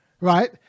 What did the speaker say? right